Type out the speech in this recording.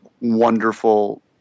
wonderful